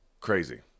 crazy